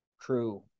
true